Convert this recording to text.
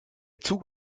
zug